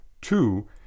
Two